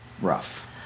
rough